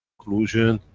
conclusion,